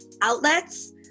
outlets